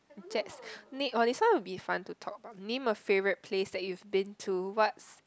jets nic oh this one will be fun to talk name a favourite place that you been to what's